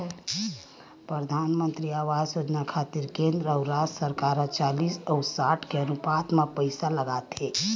परधानमंतरी आवास योजना खातिर केंद्र अउ राज सरकार ह चालिस अउ साठ के अनुपात म पइसा लगाथे